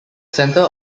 center